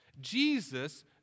Jesus